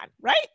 right